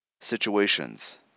situations